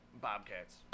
Bobcats